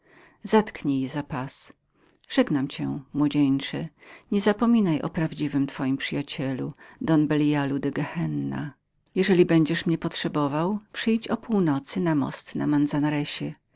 zetknij je za pas żegnam cię młodzieńcze niezapominaj o prawdziwym twym przyjacielu don belialu de gehenna jeżeli będziesz mnie potrzebował przyjdź o północy na most na manzanaresie